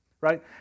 right